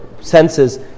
senses